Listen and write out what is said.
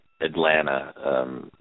Atlanta